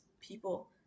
people